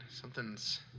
Something's